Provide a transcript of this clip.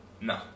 No